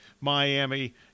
Miami